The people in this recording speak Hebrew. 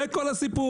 זה כל הסיפור.